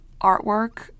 artwork